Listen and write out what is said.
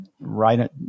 right